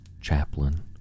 chaplain